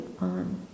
on